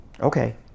Okay